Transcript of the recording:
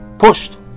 pushed